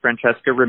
Francesca